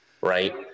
right